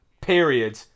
period